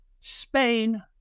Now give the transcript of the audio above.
Spain